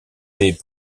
fait